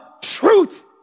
truth